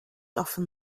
often